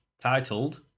titled